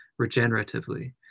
regeneratively